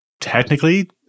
Technically